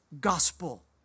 gospel